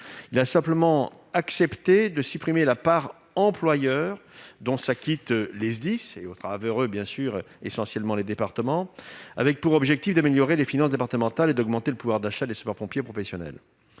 il a simplement accepté de supprimer la part employeur dont s'acquittent les SDIS, c'est-à-dire essentiellement les départements, avec pour objectif d'améliorer les finances départementales et d'augmenter le pouvoir d'achat des sapeurs-pompiers professionnels.